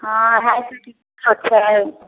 हँ अढ़ाइ सै के अच्छा अढ़ाइ सए के